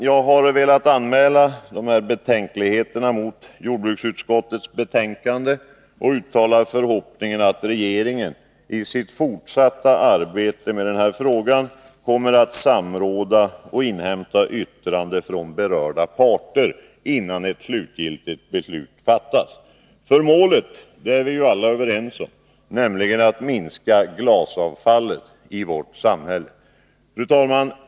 Jag har velat anmäla dessa betänkligheter mot jordbruksutskottets förslag och uttalar förhoppningen att regeringen i sitt fortsatta arbete med denna fråga kommer att samråda med och inhämta yttranden från berörda parter, innan ett slutgiltigt beslut fattas. Vi är alla överens om målet, nämligen att minska glasavfallet i vårt samhälle. Fru talman!